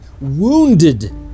wounded